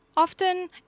Often